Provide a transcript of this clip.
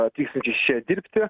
atvykstančiais čia dirbti